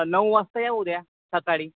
नऊ वाजता या उद्या सकाळी